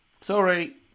Sorry